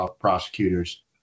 prosecutors